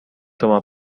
toma